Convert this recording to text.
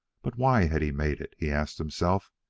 but why had he made it? he asked himself.